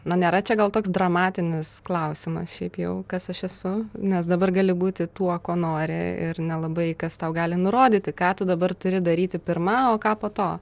na nėra čia gal koks dramatinis klausimas šiaip jau kas aš esu nes dabar gali būti tuo ko nori ir nelabai kas tau gali nurodyti ką tu dabar turi daryti pirma o ką po to